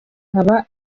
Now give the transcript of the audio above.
haba